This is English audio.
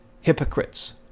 hypocrites